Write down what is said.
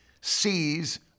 sees